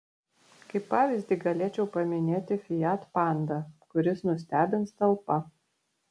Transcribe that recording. kaip pavyzdį galėčiau paminėti fiat panda kuris nustebins talpa